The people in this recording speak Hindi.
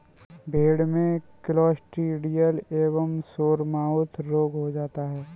भेड़ में क्लॉस्ट्रिडियल एवं सोरमाउथ रोग हो जाता है